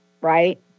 right